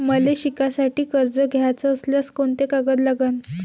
मले शिकासाठी कर्ज घ्याचं असल्यास कोंते कागद लागन?